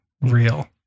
real